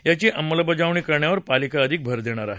याची अंमलबजावणी करण्यावर पालिका अधिक भर देणार आहे